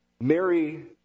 Mary